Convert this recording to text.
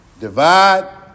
Divide